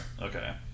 Okay